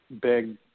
big